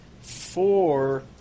four